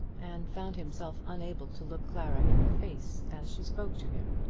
and found himself unable to look clara in the face as she spoke to him.